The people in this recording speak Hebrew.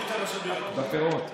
בפירות.